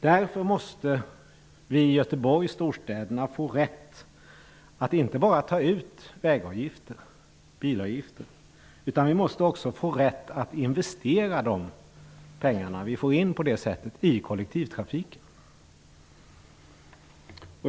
Därför måste vi i Göteborg och övriga storstäder få rätt att inte bara ta ut vägavgifter och bilavgifter utan också att investera de pengar vi får in på det sättet i kollektivtrafiken.